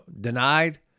denied